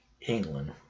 England